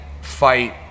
fight